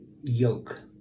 yoke